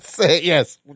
Yes